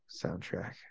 soundtrack